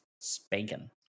spanking